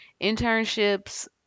internships